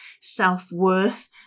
self-worth